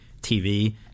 TV